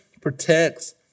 protects